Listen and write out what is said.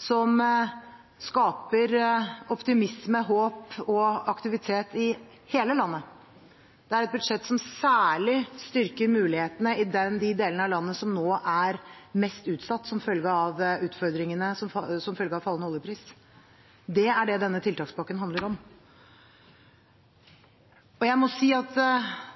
som skaper optimisme, håp og aktivitet i hele landet. Det er et budsjett som styrker mulighetene særlig i de delene av landet som nå er mest utsatt som følge av utfordringene med fallende oljepris. Det er det denne tiltakspakken handler om. Jeg må si at